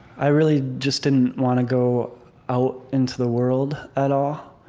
i really just didn't want to go out into the world at all.